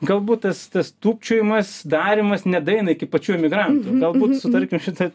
galbūt tas tas tūpčiojimas darymas nedaeina iki pačių emigrantų galbūt su tarkim šita